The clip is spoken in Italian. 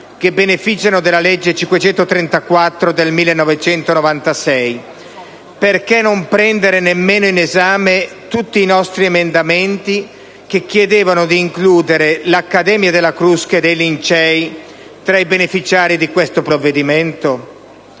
che beneficiano della legge n. 534 del 1996? Perché non prendere nemmeno in esame i nostri emendamenti che chiedevano di includere le Accademie della Crusca e dei Lincei tra i beneficiari di questo provvedimento?